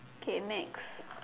K next